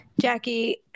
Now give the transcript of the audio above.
Jackie